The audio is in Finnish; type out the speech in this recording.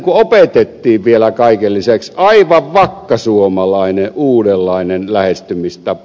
tässä opetettiin vielä kaiken lisäksi aivan vakkasuomalainen uudenlainen lähestymistapa